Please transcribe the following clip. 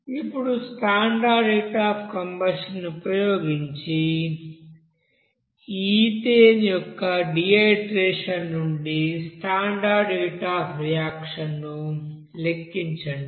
ఇప్పుడు standard heat of combustion ఉపయోగించి ethane యొక్క డీహైడ్రోజనేషన్ నుండి స్టాండర్డ్ హీట్ అఫ్ రియాక్షన్ ను లెక్కించండి